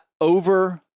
over—